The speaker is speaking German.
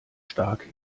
stark